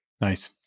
Nice